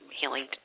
healing